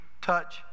touch